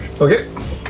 Okay